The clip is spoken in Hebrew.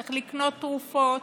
צריך לקנות תרופות,